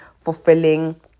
fulfilling